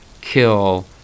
kill